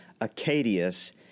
Acadius